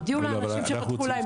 תודיעו לאנשים שפתחו להם תיק.